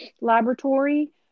laboratory